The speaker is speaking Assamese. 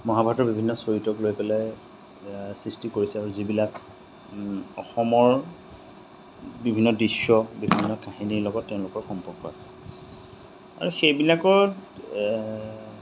মহাভাৰতৰ বিভিন্ন চৰিত্ৰৰ লৈ পেলাই সৃষ্টি কৰিছে আৰু যিবিলাক অসমৰ বিভিন্ন দৃশ্য বিভিন্ন কাহিনীৰ লগত তেওঁলোকৰ সম্পৰ্ক আছে আৰু সেইবিলাকত